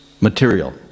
material